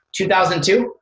2002